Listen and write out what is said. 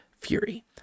fury